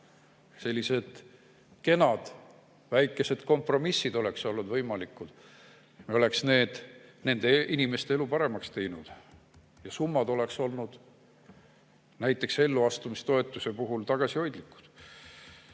Sellised kenad väikesed kompromissid oleks olnud võimalikud. Me oleks nende inimeste elu paremaks teinud. Ja summad oleks olnud näiteks elluastumistoetuse puhul tagasihoidlikud. Lastetoetuste